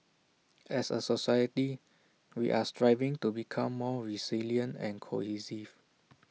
as A society we are striving to become more resilient and cohesive